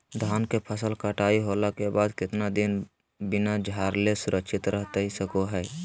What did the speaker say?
धान के फसल कटाई होला के बाद कितना दिन बिना झाड़ले सुरक्षित रहतई सको हय?